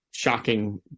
shocking